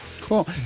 Cool